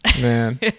Man